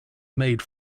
made